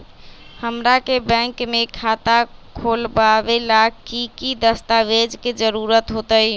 हमरा के बैंक में खाता खोलबाबे ला की की दस्तावेज के जरूरत होतई?